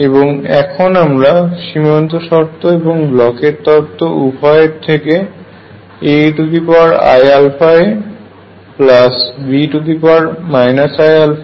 এবং এখন আমরা সীমান্ত শর্ত এবং ব্লকের তত্ত্ব উভয় এর থেকে AeiαaBe iαa পাই